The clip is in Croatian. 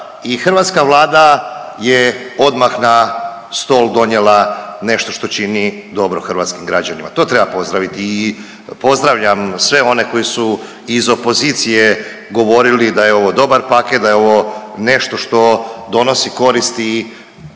hrvatska Vlada je odmah na stol donijela nešto što čini dobro hrvatskim građanima. To treba pozdraviti i pozdravljam sve one koji si iz opozicije govorili da je ovo dobar paket, da je ovo nešto što donosi koristi